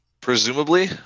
Presumably